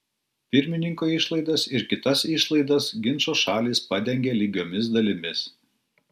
pirmininko išlaidas ir kitas išlaidas ginčo šalys padengia lygiomis dalimis